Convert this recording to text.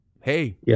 Hey